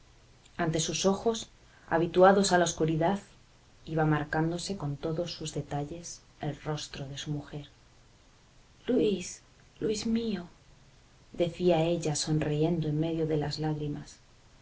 ante sus ojos habituados a la oscuridad iba marcándose con todos sus detalles el rostro de su mujer luis luis mío decía ella sonriendo en medio de las lágrimas